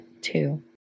two